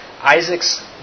Isaac's